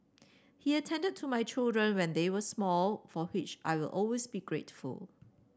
he attended to my children when they were small for which I will always be grateful